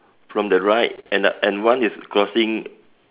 from the right and uh and one is crossing